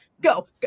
go